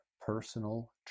personal